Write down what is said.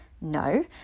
No